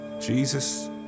Jesus